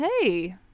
Hey